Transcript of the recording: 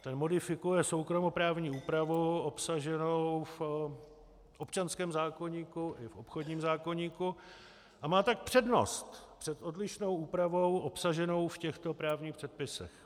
Ten modifikuje soukromoprávní úpravu obsaženou v občanském zákoníku i v obchodním zákoníku a má tak přednost před odlišnou úpravou obsaženou v těchto právních předpisech.